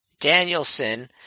Danielson